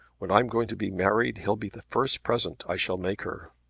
when i'm going to be married, he'll be the first present i shall make her.